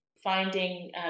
finding